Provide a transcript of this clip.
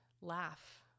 laugh